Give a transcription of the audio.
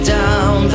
down